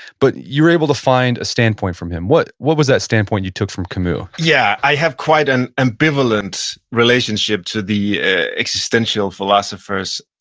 but you were able to find a standpoint from him. what what was that standpoint you took from camus? yeah, i have quite an ambivalent relationship to the existential philosophers.